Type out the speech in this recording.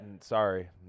sorry